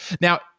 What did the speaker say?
Now